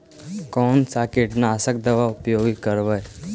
कोन सा कीटनाशक दवा उपयोग करबय?